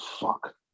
fuck